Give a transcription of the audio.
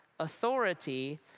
authority